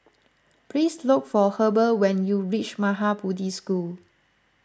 please look for Heber when you reach Maha Bodhi School